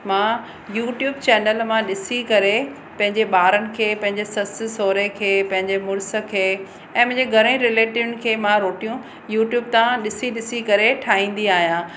मां YouTube channel मां ॾिसी करे पंहिंजे ॿारनि खे पंहिंजे ससु सहुरे खे पंहिंजे मुड़स खे ऐं मुंहिंजे घणे ई रिलेटिव खे मां रोटियूं यूट्यूब सां ॾिसी ॾिसी करे ठाहींदी आहियां